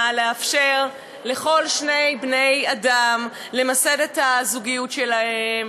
לאפשר לכל שני בני-אדם למסד את הזוגיות שלהם,